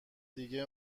دیگه